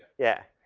yeah.